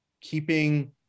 keeping